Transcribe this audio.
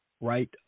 right